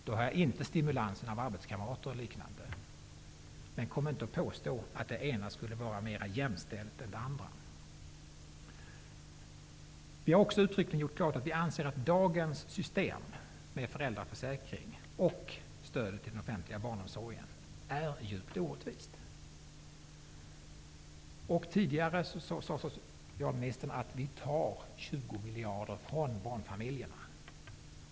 Då har jag ingen stimulans från arbetskamrater och liknande. Kom inte och påstå att det ena skulle vara mera jämställt än det andra! Vi har också uttryckligen gjort klart att vi anser att dagens system med föräldraförsäkringen och stödet till den offentliga barnomsorgen är djupt orättvist. Tidigare sade socialministern att vi tar 20 miljarder från barnfamiljerna.